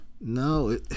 No